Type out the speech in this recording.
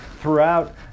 throughout